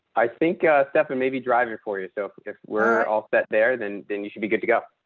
i think definite maybe drive your for yourself, because we're all set there. then, then you should be good to go.